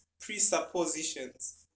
presuppositions